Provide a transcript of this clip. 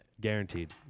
Guaranteed